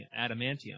adamantium